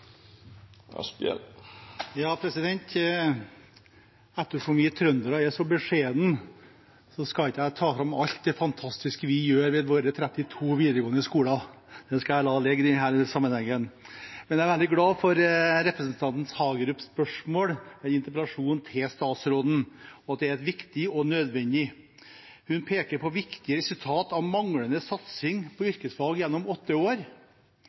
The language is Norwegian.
fantastiske vi gjør ved våre 32 videregående skoler. Det skal jeg la ligge i denne sammenhengen. Men jeg er veldig glad for representanten Hagerups spørsmål i interpellasjonen til statsråden. Det er viktig og nødvendig. Hun peker på viktige resultat av manglende satsing på yrkesfag gjennom åtte år